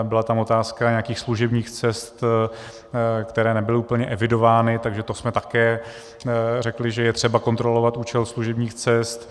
Byla tam otázka nějakých služebních cest, které nebyly úplně evidovány, takže to jsme také řekli, že je třeba kontrolovat účel služebních cest.